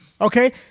Okay